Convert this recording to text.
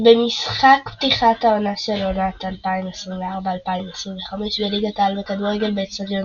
במשחק פתיחת העונה של עונת 2024/2025 בליגת העל בכדורגל באצטדיון